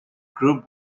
group